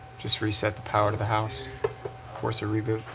just reset the power to the house force a reboot.